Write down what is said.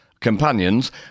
companions